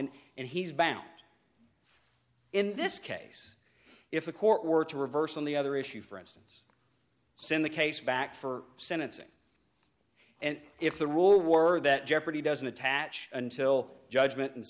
and and he's bound in this case if the court were to reverse on the other issue for instance send the case back for sentencing and if the rule were that jeopardy doesn't attach until judgment and